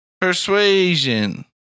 Persuasion